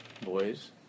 boys